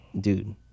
dude